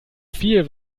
viel